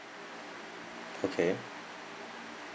okay